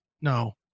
No